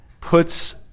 puts